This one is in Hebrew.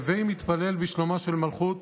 הוי מתפלל בשלומה של מלכות,